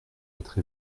être